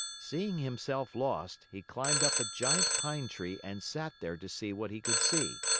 seeing himself lost, he climbed up a giant pine tree and sat there to see what he could see.